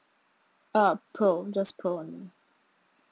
uh pro just pro [one]